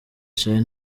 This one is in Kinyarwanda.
charly